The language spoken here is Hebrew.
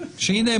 שהנה,